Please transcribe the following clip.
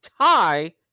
tie